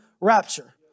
rapture